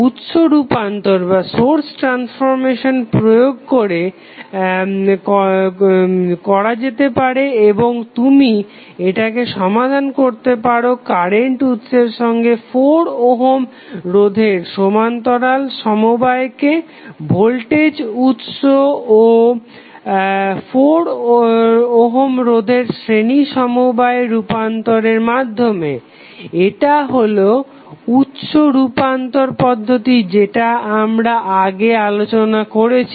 উৎস রূপান্তর প্রয়োগ করা যেতে পারে এবং তুমি এটাকে সমাধান করতে পারো কারেন্ট উৎসের সঙ্গে 4 ওহম রোধের সমান্তরাল সমবায়কে ভোল্টেজ উৎস ও 4 ওহম রোধের শ্রেণী সমবায়ে রুপান্তরের মাধ্যমে এটা হলো উৎস রূপান্তর পদ্ধতি যেটা আমরা আগে আলোচনা করেছি